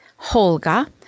Holga